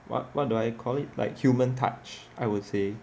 what what do I call it like human touch I would say